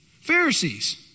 Pharisees